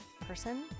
person